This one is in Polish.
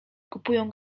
kupują